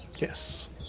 Yes